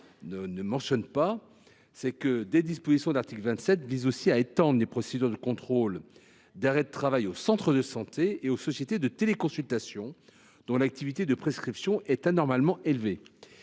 de mentionner, c’est que certaines dispositions de l’article 27 visent aussi à étendre les procédures de contrôle des arrêts de travail aux centres de santé et aux sociétés de téléconsultation, dont l’activité de prescription est anormalement élevée.